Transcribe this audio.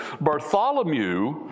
Bartholomew